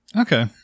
Okay